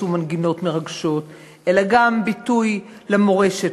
ומנגינות מרגשות אלא גם ביטוי למורשת,